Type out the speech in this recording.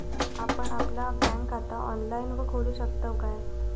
आपण आपला बँक खाता ऑनलाइनव खोलू शकतव काय?